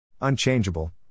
Unchangeable